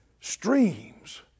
Streams